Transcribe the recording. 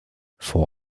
vor